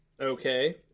Okay